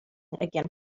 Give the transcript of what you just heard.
again